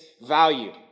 value